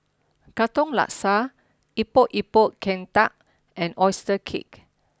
Katong Laksa Epok Epok Kentang and Oyster Cake